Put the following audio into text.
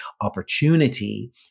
opportunity